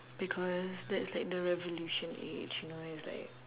because that's like the revolution age you know it's like